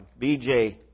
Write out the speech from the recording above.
BJ